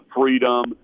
freedom